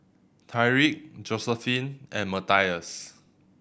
Tyrique Josiephine and Matthias